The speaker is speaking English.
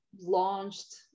launched